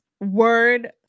word